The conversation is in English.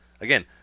again